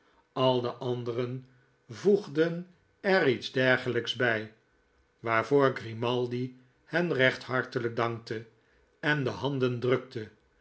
al de anderen voegden er iets dergelijks de oude lukas bij waarvoor grimaldi hen recht hartelijk dankte en de handen drukte